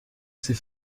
ces